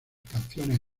canciones